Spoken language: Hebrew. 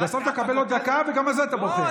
בסוף תקבל עוד דקה וגם על זה אתה בוכה.